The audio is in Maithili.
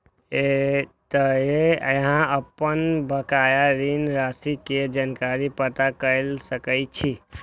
एतय अहां अपन बकाया ऋण राशि के जानकारी पता कैर सकै छी